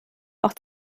auch